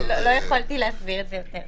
לא יכולתי להסביר את זה טוב יותר.